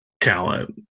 talent